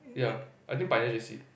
yeah I think Pioneer j_c